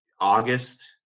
August